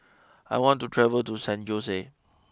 I want to travel to San Jose